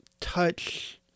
touch